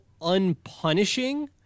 unpunishing